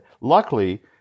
Luckily